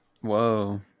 whoa